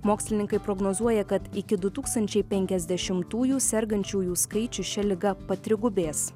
mokslininkai prognozuoja kad iki du tūkstančiai penkiasdešimtųjų sergančiųjų skaičius šia liga patrigubės